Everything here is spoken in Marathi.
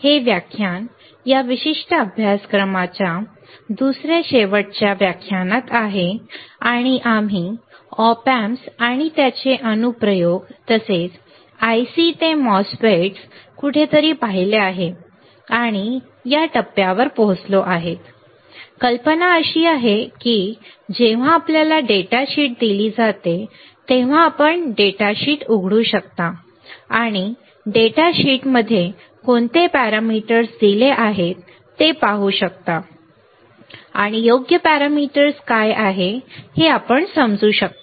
हे व्याख्यान या विशिष्ट अभ्यासक्रमाच्या दुसऱ्या शेवटच्या व्याख्यानात आहे आणि आम्ही ऑप अॅम्प्स आणि त्यांचे अनुप्रयोग तसेच ICs ते MOSFETs कुठेतरी पाहिले आहे आणि या टप्प्यावर पोहोचलो आहोत कल्पना अशी आहे की जेव्हा आपल्याला डेटा शीट दिले जाते तेव्हा आपण डेटा शीट उघडू शकता आणि डेटा शीटमध्ये कोणते पॅरामीटर्स दिले आहेत ते पाहू शकता आणि योग्य पॅरामीटर्स काय आहेत हे आपण समजू शकता